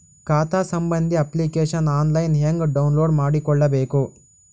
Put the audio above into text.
ಖಾತಾ ಸಂಬಂಧಿ application online ಹೆಂಗ್ ಡೌನ್ಲೋಡ್ ಮಾಡಿಕೊಳ್ಳಬೇಕು?